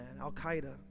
Al-Qaeda